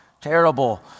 terrible